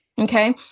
Okay